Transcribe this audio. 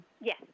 Yes